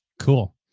Cool